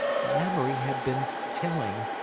lamoury had been telling,